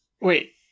Wait